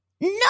no